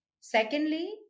Secondly